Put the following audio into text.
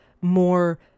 more